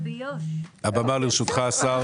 הבמה לרשותך השר.